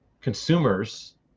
consumers